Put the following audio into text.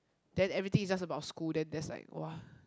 then everything is just about school then that's like !wah!